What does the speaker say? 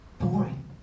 boring